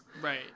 right